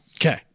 Okay